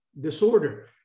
disorder